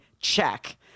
check